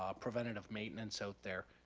ah preventative maintenance out there.